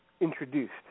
introduced